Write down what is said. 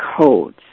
codes